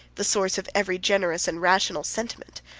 the source of every generous and rational sentiment,